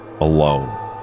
alone